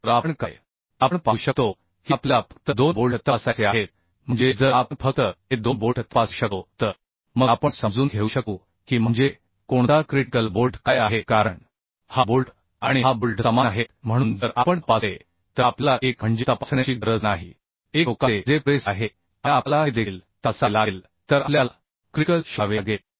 तर आपण काय आपण पाहू शकतो की आपल्याला फक्त दोन बोल्ट तपासायचे आहेत म्हणजे जर आपण फक्त हे दोन बोल्ट तपासू शकलो तर मग आपण समजून घेऊ शकू की म्हणजे कोणता क्रिटिकल बोल्ट काय आहे कारण हा बोल्ट आणि हा बोल्ट समान आहेत म्हणून जर आपण तपासले तर आपल्याला एक म्हणजे तपासण्याची गरज नाही एक टोकाचे जे पुरेसे आहे आणि आपल्याला हे देखील तपासावे लागेल तर आपल्याला क्रिटिकल शोधावे लागेल